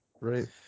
right